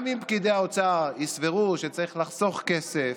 גם אם פקידי האוצר יסברו שצריך לחסוך כסף